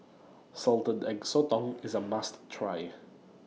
Salted Egg Sotong IS A must Try